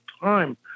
time